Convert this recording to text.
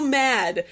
mad